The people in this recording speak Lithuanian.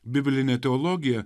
biblinė teologija